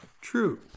true